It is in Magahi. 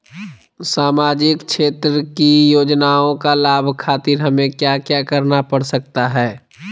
सामाजिक क्षेत्र की योजनाओं का लाभ खातिर हमें क्या क्या करना पड़ सकता है?